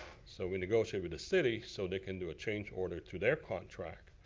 so, we negotiated with the city. so they can do a change order to their contract.